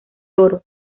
toro